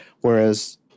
whereas